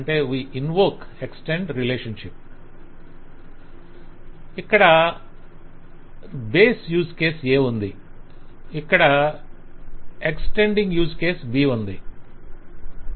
మనకు ఇక్కడ base use case A ఉంది ఇక్కడ ఎక్స్టెండింగ్ యూజ్ కేసు B ఉంది